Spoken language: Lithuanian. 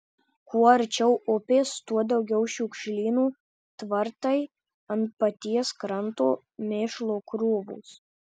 kuo arčiau upės tuo daugiau šiukšlynų tvartai ant paties kranto mėšlo krūvos